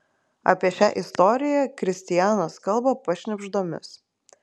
apie šią istoriją kristianas kalba pašnibždomis